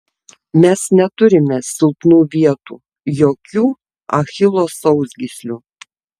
mes neturime silpnų vietų jokių achilo sausgyslių